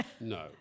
No